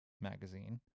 magazine